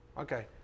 Okay